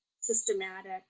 systematic